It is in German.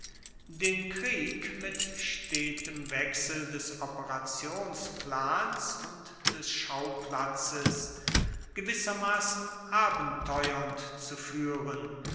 den krieg mit stetem wechsel des operationsplans und des schauplatzes gewissermassen abenteuernd zu fuehren